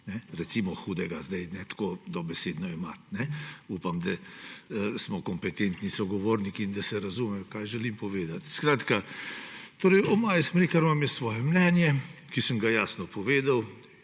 Recimo hudega, ne tako dobesedno jemati, upam, da smo kompetentni sogovorniki in da se razume, kaj želim povedati. Skratka, torej o Maji Smrekar imam svoje mnenje, kar sem ga jasno povedal,